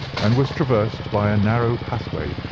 and was traversed by a narrow pathway,